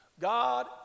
God